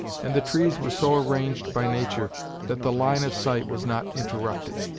and the trees were so arranged by nature that the line of sight was not interrupted,